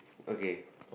okay